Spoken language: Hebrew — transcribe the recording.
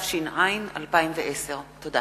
התש"ע 2010. תודה.